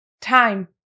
time